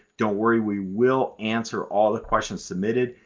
don't worry we will answer all the questions submitted.